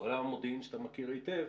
בעולם המודיעין שאתה מכיר היטב,